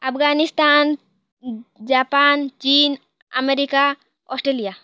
Afghanistan Japan ଚୀନ୍ America Australia